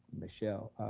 michelle.